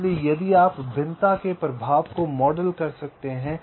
इसलिए यदि आप भिन्नता के प्रभाव को मॉडल कर सकते हैं